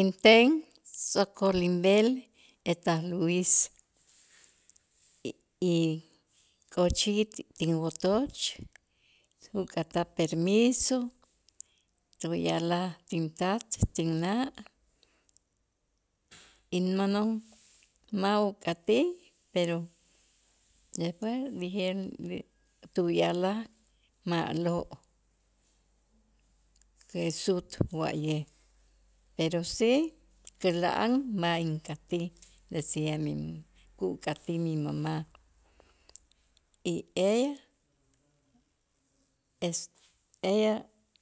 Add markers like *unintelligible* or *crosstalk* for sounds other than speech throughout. Inten tz'o'kol inb'el eta Luis y k'ochij tinwotoch uk'ataj permiso tuya'laj tintat, tinna' inmonon ma' uk'atij, pero despues dijieron de tuya'laj ma'lo' que sut wa'ye', pero si käla'an ma' ink'atij decía min uk'atij mi mamá y ella es ella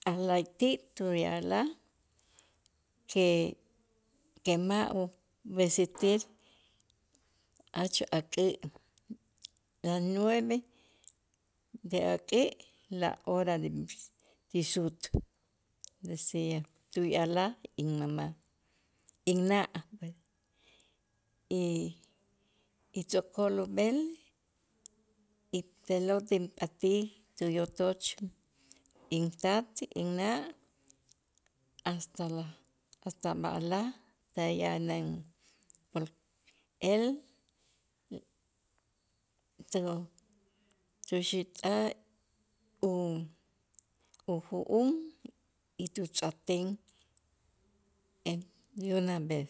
a' la'ayti' tuya'laj que que ma' ub'esitech jach ak'ä' las nueve de ak'ä' la hora de vis ti sut decía tula'laj inmamá inna' y tz'o'kol ub'el y te'lo' tinpatij tuyotoch intat, inna' hasta las hasta b'alaj ta' yanen *unintelligible* él *noise* tuxitaj u- uju'um y tutz'ajten *noise* de una vez.